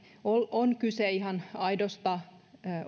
on kyse ihan aidosta